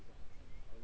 and then